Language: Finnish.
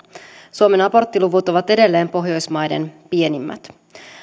suomen aborttiluvut ovat edelleen pohjoismaiden pienimmät